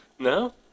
No